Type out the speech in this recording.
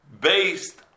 based